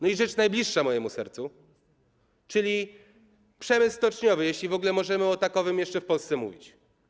I rzecz najbliższa mojemu sercu, czyli przemysł stoczniowy, jeśli w ogóle możemy o takowym jeszcze w Polsce mówić.